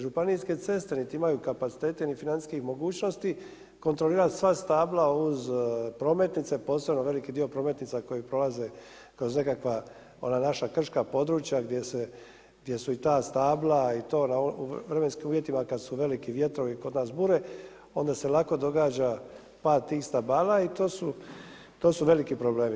Županijske ceste niti imaju kapaciteta ni financijskih mogućnosti kontrolirati sva stabla uz prometnice, posebno veliki dio prometnica koje prolaze kroz nekakva ona naša krška područja gdje su i ta stabla i to na onim vremenskim uvjetima kada su veliki vjetrovi kod nas bure onda se lako događa pad tih stabala i to su veliki problemi.